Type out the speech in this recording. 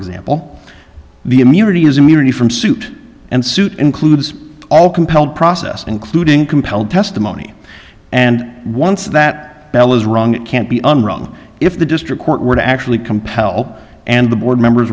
example the immunity is immunity from suit and suit includes all compelled process including compel testimony and once that bell is rung it can't be unrung if the district court were to actually compel and the board members